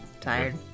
Tired